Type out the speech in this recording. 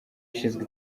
ushinzwe